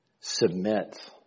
Submit